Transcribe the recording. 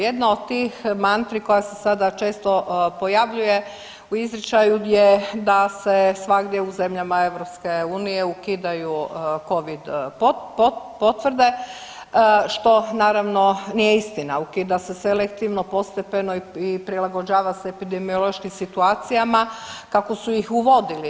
Jedna od tih mantri koja se sada često pojavljuje u izričaju je da se svagdje u zemljama EU ukidaju covid potvrde što naravno nije istina, ukida se selektivno, postepeno i prilagođava se epidemiološkim situacijama kako su ih uvodili.